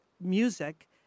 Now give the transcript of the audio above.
music